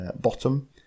bottom